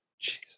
Jesus